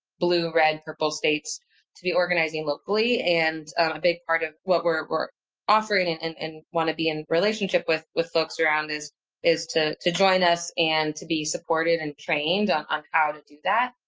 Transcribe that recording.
blue, red, purple states to be organizing locally. and a big part of what we're we're offering and and want to be in relationship with with folks around this is to to join us and to be supported and trained on on how to do that.